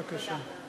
בבקשה.